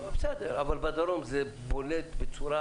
בסדר, אבל בדרום זה בולט בצורה